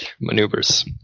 maneuvers